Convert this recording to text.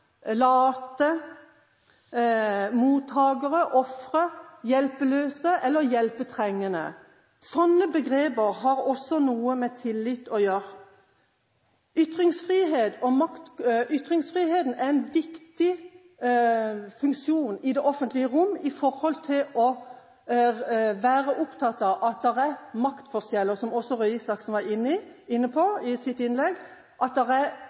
late, mottakere, ofre, hjelpeløse eller hjelpetrengende. Sånne begreper har også noe med tillit å gjøre. Ytringsfriheten er en viktig funksjon i det offentlige rom i forhold til å være opptatt av at det er maktforskjeller, som også Røe Isaksen var inne på i sitt innlegg, at det er